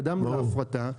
התקדמנו להפרטה.